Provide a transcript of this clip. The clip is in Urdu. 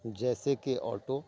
جیسے کہ آٹو